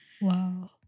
Wow